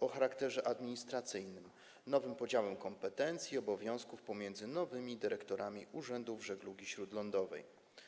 o charakterze administracyjnym, nowym podziałem kompetencji i obowiązków pomiędzy nowymi dyrektorami urzędów żeglugi śródlądowej.